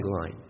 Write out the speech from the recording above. line